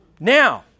Now